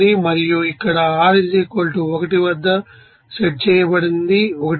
మరియు ఇక్కడ r 1 వద్ద సెట్ చేయబడినది 1